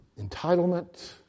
entitlement